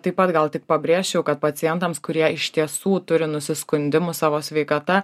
taip pat gal tik pabrėžčiau kad pacientams kurie iš tiesų turi nusiskundimų savo sveikata